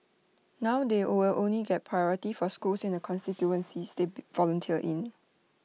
now they will only get priority for schools in the constituencies they volunteer in